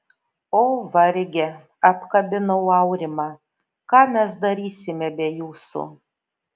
o varge apkabinau aurimą ką mes darysime be jūsų